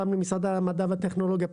פעם למשרד המדע והטכנולוגיה,